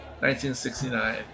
1969